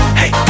hey